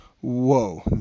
whoa